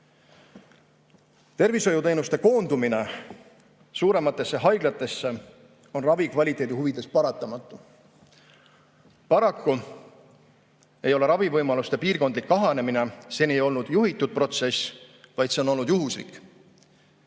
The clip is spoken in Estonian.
Tervishoiuteenuste koondumine suurematesse haiglatesse on ravi kvaliteedi huvides paratamatu. Paraku ei ole ravivõimaluste piirkondlik kahanemine seni olnud juhitud protsess, vaid see on olnud juhuslik.